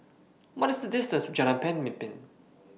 What IS The distance to Jalan Pemimpin